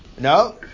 No